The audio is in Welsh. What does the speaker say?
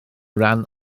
ran